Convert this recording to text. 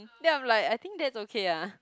then I'm like I think that's okay ah